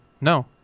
No